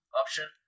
option